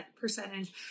percentage